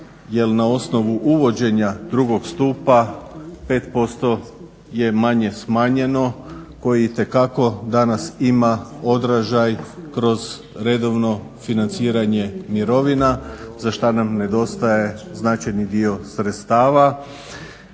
jer na osnovu uvođenja drugog stupa 5% je manje smanjeno koji itekako danas ima odražaj kroz redovno financiranje mirovina za šta nam nedostaje značajni dio sredstava